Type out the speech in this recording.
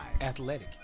Athletic